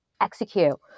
execute